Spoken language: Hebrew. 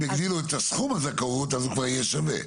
אבל אם יגדילו את סכום הזכאות אז הוא כבר יהיה שווה.